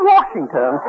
Washington